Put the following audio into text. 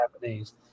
Japanese